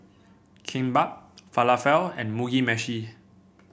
Kimbap Falafel and Mugi Meshi